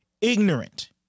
ignorant